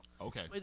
Okay